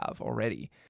already